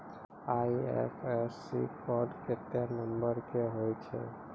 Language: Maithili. आई.एफ.एस.सी कोड केत्ते नंबर के होय छै